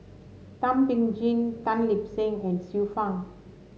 Thum Ping Tjin Tan Lip Seng and Xiu Fang